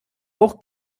auch